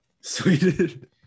sweden